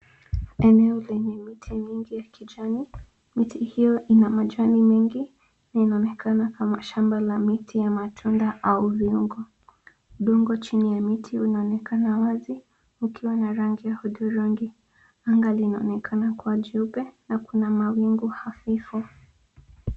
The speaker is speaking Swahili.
Eneo lenye miti mingi ya kijani. Miti hio ina majani mengi na inaonekana kama shamba la miti ya matunda au viungo. Udongo chini ya miti unaonekana wazi ukiwa na rangi ya hudhurungi. Anga linaonekana kuwa jeupe na kuna mawingu hafifu.